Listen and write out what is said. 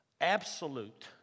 absolute